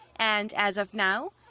and as of now,